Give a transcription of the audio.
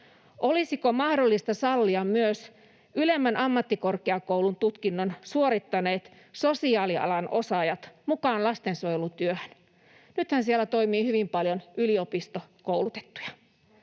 Olisiko mahdollista sallia myös ylemmän ammattikorkeakoulututkinnon suorittaneet sosiaalialan osaajat mukaan lastensuojelutyöhön? Nythän siellä toimii hyvin paljon yliopistokoulutettuja.